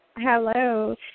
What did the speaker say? Hello